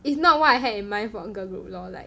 it's not what I had in mind for a girl group lor like